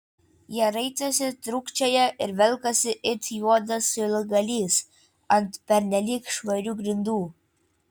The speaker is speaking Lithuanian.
jie raitosi trūkčioja ir velkasi it juodas siūlgalys ant pernelyg švarių grindų